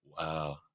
wow